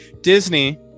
Disney